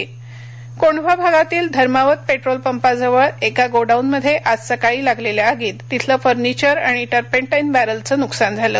आग कोंढवा भागातील धर्मावत पेट्रोल पंपाजवळ एका गोडाऊनमधे आज सकाळी लागलेल्या आगीत तिथलं फर्निचर आणि टर्पेंटाईनचे बॅरेलचं नुकसान झालं